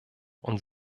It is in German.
und